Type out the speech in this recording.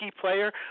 player